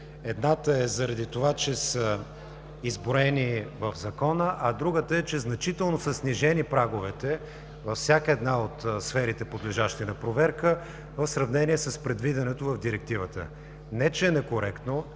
едната е заради това, че са изброени в Закона, а другата е, че значително са снижени праговете във всяка една от сферите, подлежащи на проверка в сравнение с предвиденото в Директивата. Не че е некоректно.